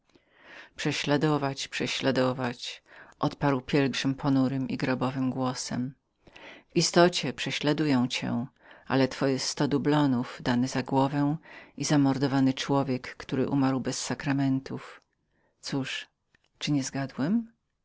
prześladować prześladować odparł pielgrzym ponurym i grobowym głosem w istocie prześladują cię ale twoje sto dublonów dane za głowę i zamordowany człowiek który umarł bez sakramentów cóż czyli nie zgadłem